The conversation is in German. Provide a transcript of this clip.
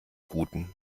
guten